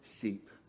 sheep